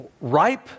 ripe